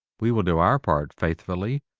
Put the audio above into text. we will do our part faithfully,